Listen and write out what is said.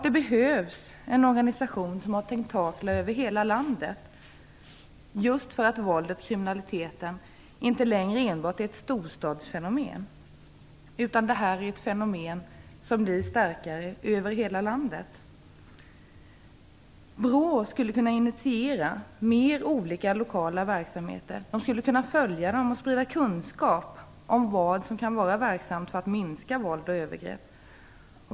Det behövs en organisation som har tentakler över hela landet just för att våldet och kriminaliteten inte längre enbart är ett storstadsfenomen, utan är ett fenomen som blir starkare över hela landet. BRÅ skulle kunna initiera fler olika lokala verksamheter. Det skulle kunna följa dem och sprida kunskap om vad som kan vara verksamt för att minska våld och övergrepp.